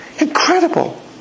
incredible